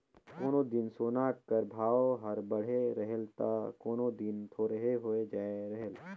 कोनो दिन सोना कर भाव हर बढ़े रहेल ता कोनो दिन थोरहें होए जाए रहेल